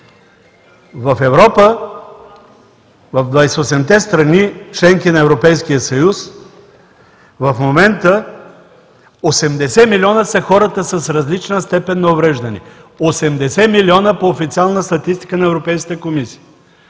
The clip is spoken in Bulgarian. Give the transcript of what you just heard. В Европа, в 28-те страни – членки на Европейския съюз, в момента 80 милиона са хората с различна степен на увреждане – 80 милиона по официалната статистика на Европейката комисия.